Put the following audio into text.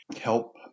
Help